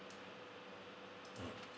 mm